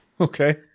okay